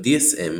ב-DSM